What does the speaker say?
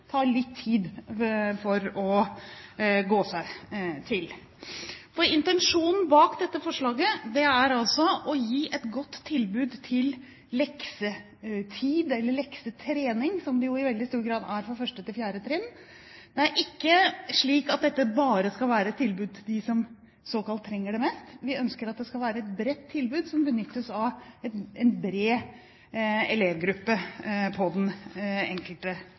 litt tid for et helt nytt tilbud å gå seg til. Intensjonen bak dette forslaget er altså å gi et godt tilbud til leksetid, eller leksetrening, som det jo i veldig stor grad er for 1.–4. trinn. Det er ikke slik at dette bare skal være et tilbud til dem som såkalt trenger det mest, vi ønsker at det skal være et bredt tilbud som benyttes av en bred elevgruppe på den enkelte